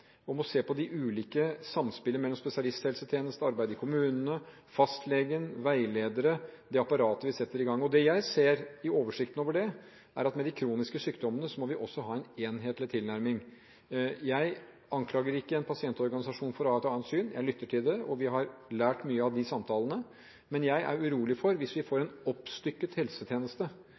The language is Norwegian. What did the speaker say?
og må se på bl.a. samspillet mellom spesialisthelsetjenestene, arbeidet i kommunene, fastlegen, veiledere – det apparatet vi setter i gang. Det jeg ser i oversikten over det, er at når det gjelder de kroniske sykdommene, må vi også ha en enhetlig tilnærming. Jeg anklager ikke en pasientorganisasjon for å ha et annet syn. Jeg lytter til det. Vi har lært mye av de samtalene. Men jeg er urolig for at hvis vi får